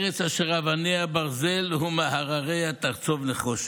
ארץ אשר אבניה ברזל ומהרריה תחצוב נחושת,